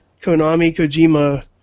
Konami-Kojima